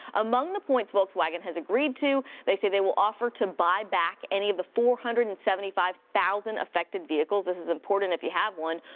among the points volkswagen has agreed to, they say they will offer to buy back any of the four hundred and seventy five thousand affected vehicles, this is important if you have one,